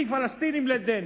מפלסטינים לדנים.